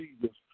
Jesus